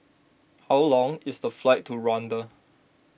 how long is the flight to Rwanda